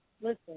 Listen